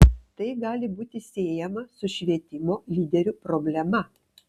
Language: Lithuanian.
tai gali būti siejama su švietimo lyderių problema